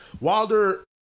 Wilder